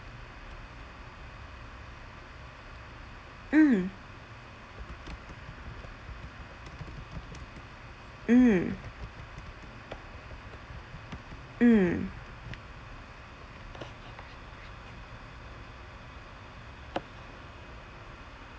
mm mm mm